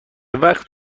وقت